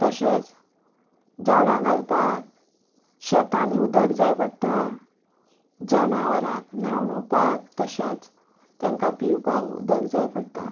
तशेंच झाडांक घालपाक शेतांनी उदक जाय पडटा जनावरांक न्हाणोवपाक तशेंच तेंका पिवपाक उदक जाय पडटा